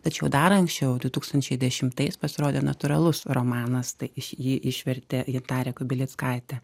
tačiau dar anksčiau du tūkstančiai dešimtais pasirodė natūralus romanas tai iš jį išvertė hitarė kubilickaitė